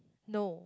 no